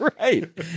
right